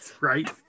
Right